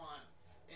wants